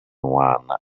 one